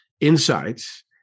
insights